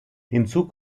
hinzu